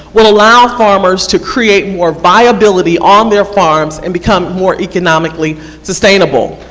will allow farmers to create more viability on their farms and become more economically sustainable.